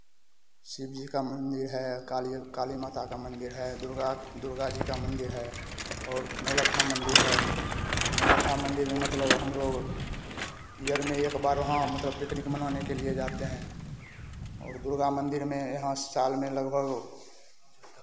शिव जी का मंदिर है काली काली माता का मंदिर है दुर्गा दुर्गा जी का मंदिर है और नौलखा मंदिर है नौलखा मंदिर में मतलब हम लोग इयर में एक बार वहाँ मतलब पिकनिक मनाने के लिए जाते हैं और दुर्गा मंदिर में यहाँ साल में लगभग